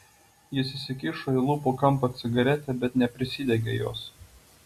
jis įsikišo į lūpų kampą cigaretę bet neprisidegė jos